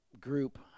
group